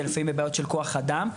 לפעמים אלו בעיות כוח אדם.